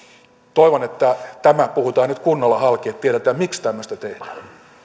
toivon että tämä puhutaan nyt kunnolla halki että tiedetään miksi tämmöistä tehdään